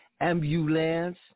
ambulance